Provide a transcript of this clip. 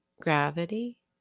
gravity